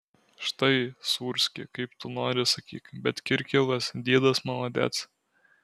štai sūrski kaip tu nori sakyk bet kirkilas diedas maladec